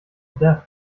death